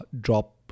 drop